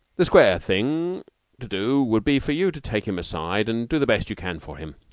the square thing to do would be for you to take him aside and do the best you can for him.